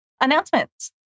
Announcements